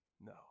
No